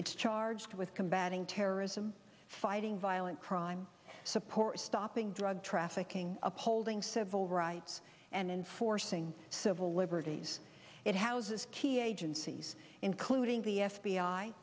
it's charged with combating terrorism fighting violent crime supports stopping drug trafficking upholding civil rights and enforcing civil liberties it houses key agencies including the f